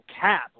Cap